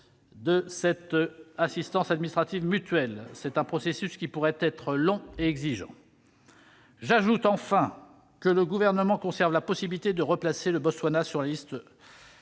d'assistance administrative mutuelle. C'est un processus qui pourrait être long et exigeant. J'ajoute enfin que le Gouvernement conserve la possibilité de replacer le Botswana sur la liste.